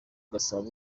gasabo